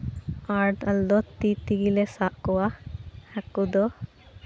ᱟᱨ ᱟᱞᱮᱫᱚ ᱛᱤ ᱛᱮᱜᱮᱞᱮ ᱥᱟᱵ ᱠᱚᱣᱟ ᱦᱟᱹᱠᱩ ᱫᱚ